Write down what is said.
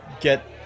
get